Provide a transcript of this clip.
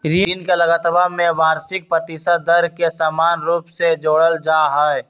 ऋण के लगतवा में वार्षिक प्रतिशत दर के समान रूप से जोडल जाहई